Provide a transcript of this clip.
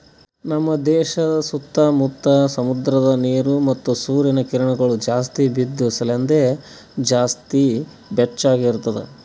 ನಮ್ ದೇಶ ಸುತ್ತಾ ಮುತ್ತಾ ಸಮುದ್ರದ ನೀರ ಮತ್ತ ಸೂರ್ಯನ ಕಿರಣಗೊಳ್ ಜಾಸ್ತಿ ಬಿದ್ದು ಸಲೆಂದ್ ಜಾಸ್ತಿ ಬೆಚ್ಚಗ ಇರ್ತದ